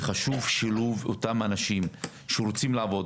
וחשוב שילוב אותם אנשים שרוצים לעזור,